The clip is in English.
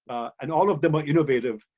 and all of them are innovative,